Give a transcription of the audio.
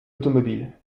automobile